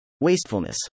wastefulness